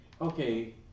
okay